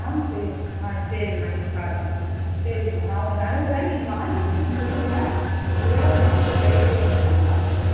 ஆ சரி ஓகேம்மா ஆ சரிம்மா நீங்கள் பாருங்க பாருங்க சரிம்மா நான் உங்களுக்கு அனுப்புகிறேன் நீங்கள் வாங்கிகிட்டு எனக்கு சொல்லுங்க ஒரு வேளை அந்த மாத்திர கிடைக்கல அப்படின்னா பார்த்துக்கலாம்